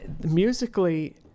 Musically